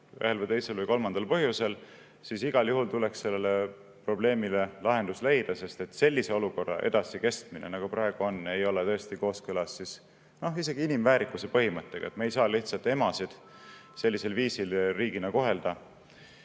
või teisel või kolmandal põhjusel, siis igal juhul tuleks sellele probleemile lahendus leida, sest sellise olukorra edasikestmine, nagu praegu on, ei ole tõesti kooskõlas isegi inimväärikuse põhimõttega. Me ei saa riigina emasid sellisel viisil lihtsalt kohelda.